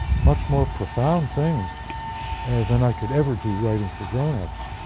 much more profound things than i could ever do writing for grown-ups.